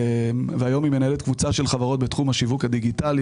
והיום היא מנהלת קבוצה של חברות בתחום השיווק הדיגיטלי.